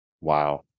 Wow